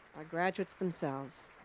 graduates themselves.